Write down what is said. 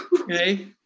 okay